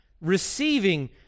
receiving